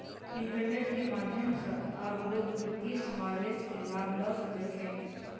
internet के माध्यम सॅ आब लोक वित्तीय समावेश के लाभ लअ सकै छैथ